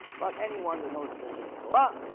but anyone that knows a little bit of torah,